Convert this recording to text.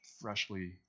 freshly